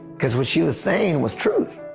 because what she was saying was true,